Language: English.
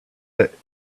that